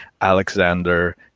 Alexander